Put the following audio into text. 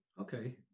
Okay